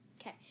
Okay